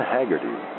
Haggerty